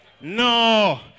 No